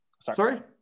Sorry